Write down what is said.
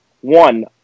one